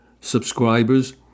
subscribers